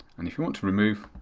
and if you want to remove,